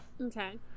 Okay